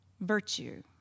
virtue